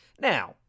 Now